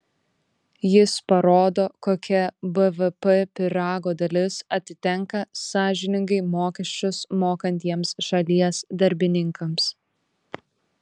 jis parodo kokia bvp pyrago dalis atitenka sąžiningai mokesčius mokantiems šalies darbininkams